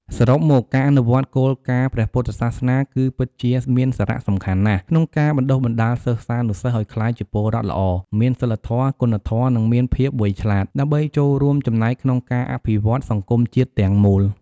សរុបមក ការអនុវត្តគោលការណ៍ព្រះពុទ្ធសាសនា គឺពិតជាមានសារៈសំខាន់ណាស់ក្នុងការបណ្ដុះបណ្ដាលសិស្សានុសិស្សឲ្យក្លាយជាពលរដ្ឋល្អ មានសីលធម៌ គុណធម៌ និងមានភាពវៃឆ្លាត ដើម្បីចូលរួមចំណែកក្នុងការអភិវឌ្ឍសង្គមជាតិទាំងមូល។